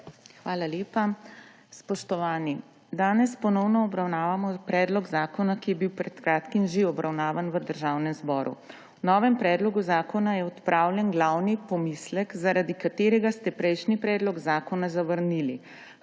Hvala lepa. Spoštovani! Danes ponovno obravnavo predlog zakona, ki je bil pred kratkim že obravnavan v Državnem zboru. V novem predlogu zakona je odpravljen glavni pomislek, zaradi katerega ste prejšnji predlog zakona zavrnili,